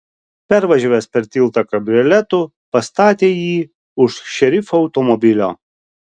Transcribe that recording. pervažiavęs per tiltą kabrioletu pastatė jį už šerifo automobilio